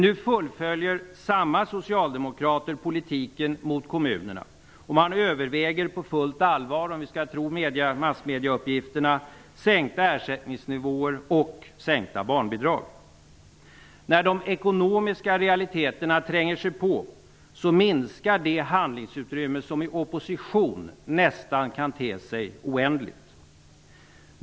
Nu fullföljer samma socialdemokrater politiken mot kommunerna. Man överväger på fullt allvar, om man skall tro uppgifterna i massmedierna, sänkta ersättningsnivåer och sänkta barnbidrag. När de ekonomiska realiteterna tränger sig på minskar det handlingsutrymme som när man sitter i opposition nästan kan te sig oändligt.